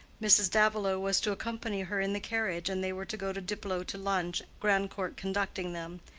mrs. davilow was to accompany her in the carriage, and they were to go to diplow to lunch, grandcourt conducting them.